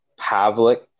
Pavlik